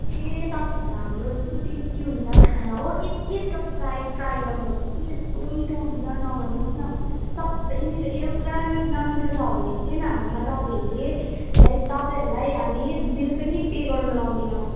ए तपाईँहरू हाम्रो यस्तो टेस्टी हुन्छ खाना हो एकखेप तपाईँ ट्राई ट्राई गर्नुहोस् कि यस्तो मिठो हुन्छ नभन्नुहोस् न सबै मिठो एउटा मिठ् नमिठो छ भने चाहिँ हाम्रोमा तपाईँहरले लाइक तपाईँहरूलाई हामी बिल पनि पे गर्नु लगाउँदैनौँ